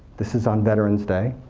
this is on veterans day,